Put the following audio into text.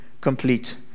complete